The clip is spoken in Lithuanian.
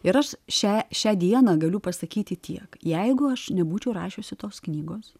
ir aš šią šią dieną galiu pasakyti tiek jeigu aš nebūčiau rašiusi tos knygos